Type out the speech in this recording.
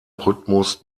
rhythmus